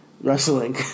wrestling